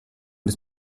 des